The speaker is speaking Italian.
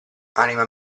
anima